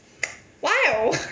!wow!